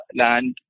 land